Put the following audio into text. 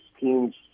team's